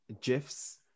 GIFs